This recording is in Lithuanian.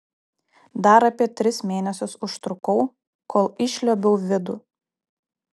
dar apie tris mėnesius užtrukau kol išliuobiau vidų